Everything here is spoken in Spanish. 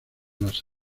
las